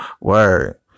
Word